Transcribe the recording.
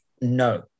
no